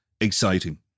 exciting